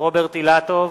רוברט אילטוב,